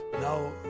Now